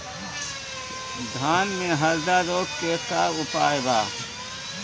धान में हरदा रोग के का उपाय बा?